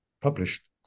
published